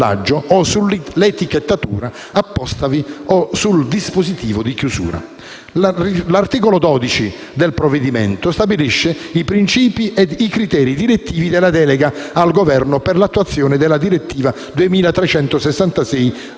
L'articolo 12 del provvedimento stabilisce i principi ed i criteri direttivi della delega al Governo per l'attuazione della direttiva n.